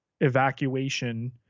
evacuation